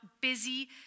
busy